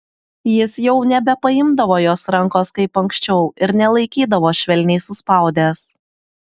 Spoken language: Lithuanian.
jis jau nebepaimdavo jos rankos kaip anksčiau ir nelaikydavo švelniai suspaudęs